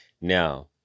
Now